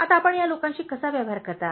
आता आपण या लोकांशी कसा व्यवहार करता